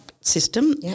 system